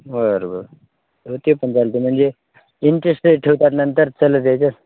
बरं बरं हो ते पण चालते म्हणजे इंटरेस्टचे ठेवतात नंतर चालत त्याच्या